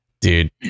dude